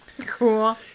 Cool